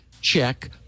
check